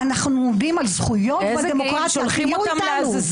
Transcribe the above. ומה שמוכיח את זה,